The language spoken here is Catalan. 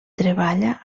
treballa